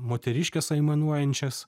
moteriškes aimanuojančias